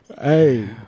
Hey